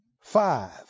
five